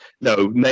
No